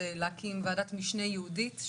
זה להקים ועדת משנה ייעודית,